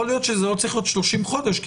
יכול להיות שזה לא צריך להיות 30 חודש כי